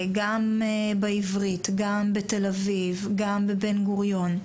גם בעברית, גם בתל אביב, גם בבן-גוריון.